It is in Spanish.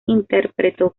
interpretó